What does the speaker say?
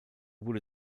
wurde